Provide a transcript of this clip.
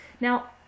Now